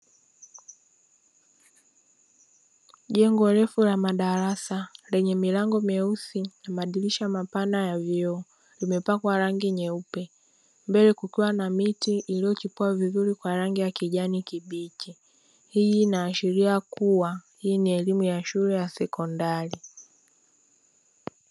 Jengo refu la madarasa lenye milango myeusi na mairisha mapana ya vioo limeoakwa rangi nyeupe, mbele kukiwa na miti iliyochipua vizuri kwa rangi ya kijani kibichi, hii inaashiria kuwa ni elimu ya sekondari.